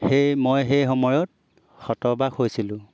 সেই মই সেই সময়ত হতবাক হৈছিলোঁ